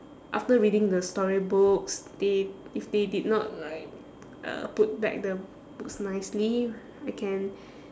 after reading the storybooks they if they did not like uh put back the books nicely I can